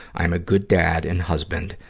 i am a good dad and husband.